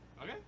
Okay